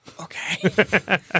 Okay